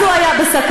אז הוא היה בסכנה.